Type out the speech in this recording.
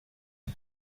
iri